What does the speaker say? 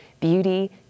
beauty